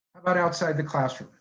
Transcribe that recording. about outside the classroom?